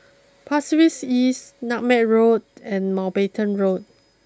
Pasir Ris East Nutmeg Road and Mountbatten Road